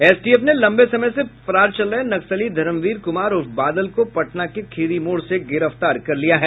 STF ने लंबे समय से फरार चल रहे नक्सली धर्मवीर कुमार उर्फ बादल को पटना के खीरी मोड़ से गिरफ्तार किया है